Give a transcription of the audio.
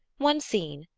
one scene,